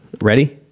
ready